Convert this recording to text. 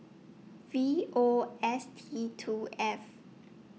V O S T two F